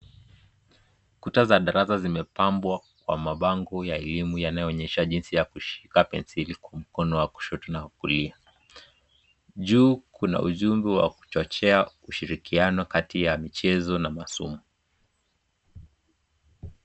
Kuta za darasa zimepambwa kwa mabango ya elimu yanayoonyesha jinsi ya kushika penseli kwa mkono wa kushoto na wa kulia. Juu kuna ujumbe wa kuchochea ushirikiano kati ya michezo na masomo.